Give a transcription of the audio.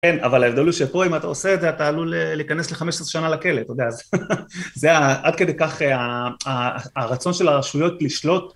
כן, אבל ההבדל הוא שפה אם אתה עושה את זה אתה עלול להיכנס לחמש עשרה שנה לכלא, אתה יודע, זה עד כדי כך הרצון של הרשויות לשלוט